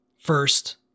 First